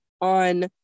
on